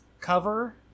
cover